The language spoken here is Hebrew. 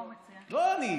לא אני.